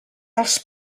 els